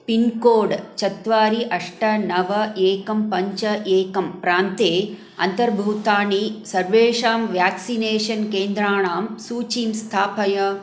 pincode चत्वारि अष्ट नव एकं पञ्च एकं प्रान्ते अन्तर्भूतानि सर्वेषां व्याक्सिनेषन् केन्द्राणां सूचिं स्थापय